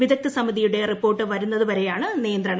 വിദഗ്ധ സമിതിയുടെ റിപ്പോർട്ട് വരുന്നതുവരെ യാണ് നിയന്ത്രണം